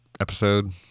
episode